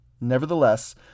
Nevertheless